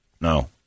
No